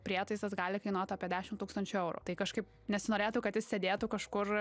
prietaisas gali kainuot apie dešim tūkstančių eurų tai kažkaip nesinorėtų kad jis sėdėtų kažkur